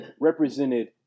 represented